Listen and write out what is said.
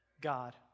God